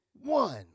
one